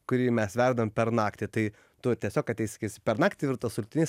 kurį mes verdam per naktį tai tu tiesiog ateis sakysi per naktį virtas sultinys